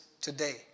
today